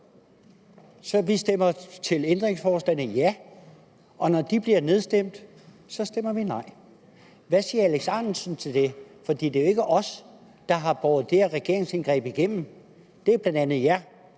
så vi stemmer ja til ændringsforslagene, og når de bliver nedstemt, stemmer vi nej. Hvad siger hr. Alex Ahrendtsen til det? For det er jo ikke os, der har båret det her regeringsindgreb igennem. Det er bl.a.